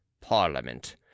Parliament